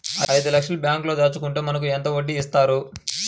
ఐదు లక్షల బ్యాంక్లో దాచుకుంటే మనకు ఎంత వడ్డీ ఇస్తారు?